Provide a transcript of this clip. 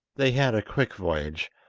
they had a quick voyage,